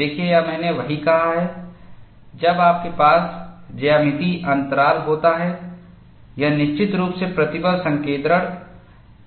देखिए यह मैंने वही कहा है जब आपके पास ज्यामितीय अंतराल होता है यह निश्चित रूप से प्रतिबल संकेंद्रण